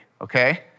okay